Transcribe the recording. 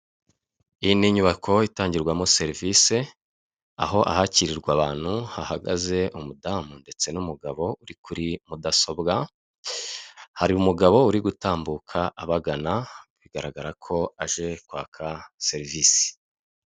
Iyi ni nyubako itangirwamo serivise aho ahakirirwa abantu hahagaze umudamu ndetse n'umugabo uri kuri mudasobwa, hari umugabo uri gutambuka abagana bigaragara ko aje kwaka serivise.